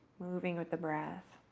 moving with the breath.